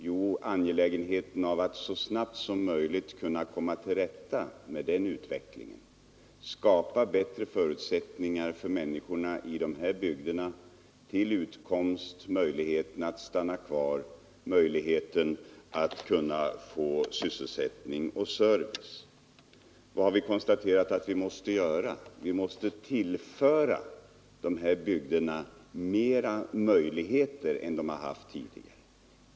Jo, angelägenheten av att så snabbt som möjligt kunna komma till rätta med den utvecklingen — skapa bättre förutsättningar för utkomst åt människorna i de här bygderna, förbättra möjligheten att stanna kvar, öka tillfällena att få sysselsättning och service. Vad har vi konstaterat att vi måste göra? Vi måste tillföra de här bygderna nya möjligheter som de inte har haft tidigare.